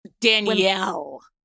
Danielle